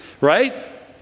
right